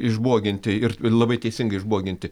išboginti ir labai teisingai išboginti